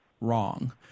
wrong